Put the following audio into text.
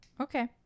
Okay